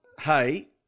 hey